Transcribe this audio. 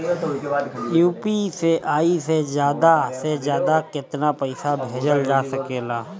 UPI से ज्यादा से ज्यादा केतना पईसा भेजल जा सकेला?